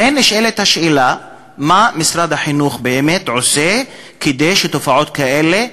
לכן נשאלת השאלה מה משרד החינוך באמת עושה כדי שתופעות כאלה,